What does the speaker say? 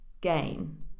gain